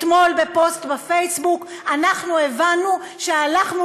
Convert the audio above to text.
אתמול בפוסט בפייסבוק אנחנו הבנו שהלכנו